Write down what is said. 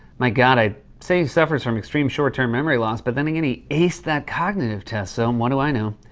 my god, i'd say he suffers from extreme short-term memory loss. but then again, he aced that cognitive test. so what do i know?